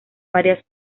varias